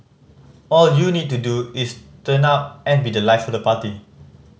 all you need to do is turn up and be the life of the party